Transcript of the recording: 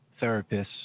therapists